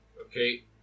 Okay